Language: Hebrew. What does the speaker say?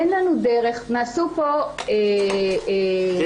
אין לנו דרך נעשו פה ניסיונות בכמה צורות להקל.